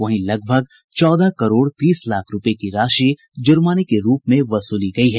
वहीं लगभग चौदह करोड़ तीस लाख रूपये की राशि जुर्माने के रूप में वसूली गयी है